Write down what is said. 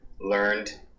learned